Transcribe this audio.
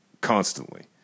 Constantly